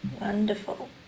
Wonderful